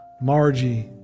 Margie